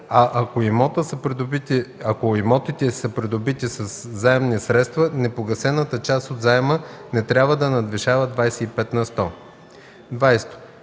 ако имотите са придобити със заемни средства, непогасената част от заема не трябва да надвишава 25 на сто;